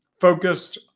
focused